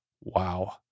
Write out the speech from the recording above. Wow